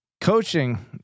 coaching